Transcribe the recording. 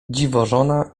dziwożona